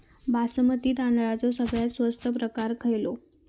बासमती तांदळाचो सगळ्यात स्वस्त प्रकार खयलो?